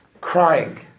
crying